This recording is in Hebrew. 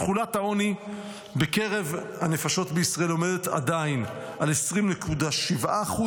תחולת העוני בקרב הנפשות בישראל עדיין עומדת על 20.7%,